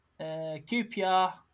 QPR